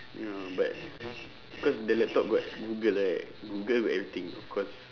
ya but cause the laptop got google right google got everything of course